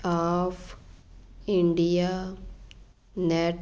of India net